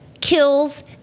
kills